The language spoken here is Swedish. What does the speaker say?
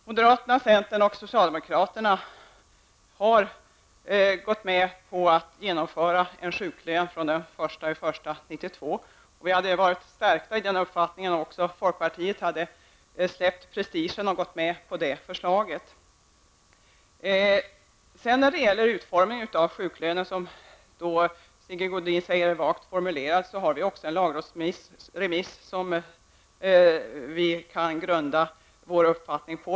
Moderaterna, centern och socialdemokraterna har gått med på att genomföra en sjuklön från den 1 januari 1992. Vi hade varit stärkta i vår inställning om också folkpartiet hade släppt prestigen och gått med på det förslaget. När det sedan gäller utformningen av sjuklönen, som Sigge Godin säger är vag, har vi också en lagrådsremiss att grunda vår uppfattning på.